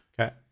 Okay